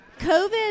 COVID